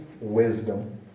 wisdom